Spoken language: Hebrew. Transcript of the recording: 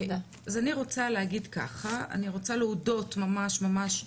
אז אני רוצה להגיד ככה, אני רוצה להודות ממש ממש.